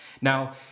Now